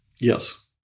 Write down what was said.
Yes